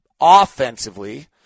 offensively